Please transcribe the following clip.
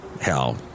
Hell